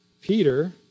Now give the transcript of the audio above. Peter